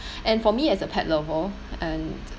and for me as a pet lover and